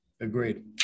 Agreed